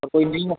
और कोई नहीं हैं